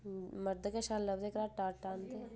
मर्द गै शैल लभदे घराटे दा आटा आह्नदे